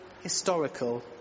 historical